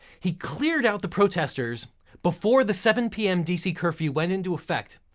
he cleared out the protesters before the seven p m. dc curfew went into effect.